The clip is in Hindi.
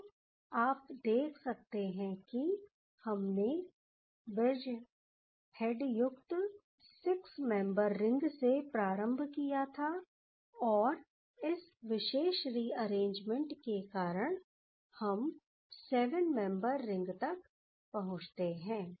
तो आप देख सकते हैं कि हमने ब्रिजहेड युक्त सिक्स मेंबर रिंग से प्रारंभ किया था और इस विशेष रिअरेंजमेंट के कारण हम 7 मेंबर रिंग तक पहुंचते हैं